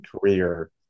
career